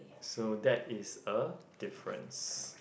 so that is a difference